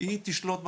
היא תשלוט בכיפה.